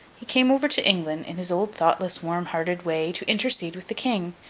he came over to england, in his old thoughtless, warm-hearted way, to intercede with the king,